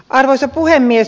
arvoisa puhemies